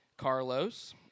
Carlos